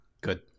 Good